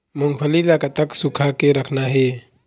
मूंगफली ला कतक सूखा के रखना हे?